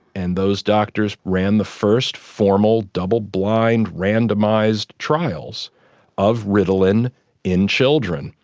and those doctors ran the first formal double-blind randomised trials of ritalin in children.